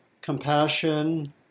compassion